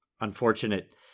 unfortunate